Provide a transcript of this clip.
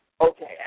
Okay